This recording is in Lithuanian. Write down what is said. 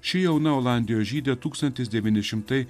ši jauna olandijos žydė tūkstantis devyni šimtai